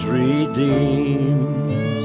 redeems